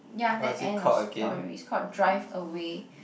ya then end of story it's called drive away